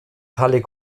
hallig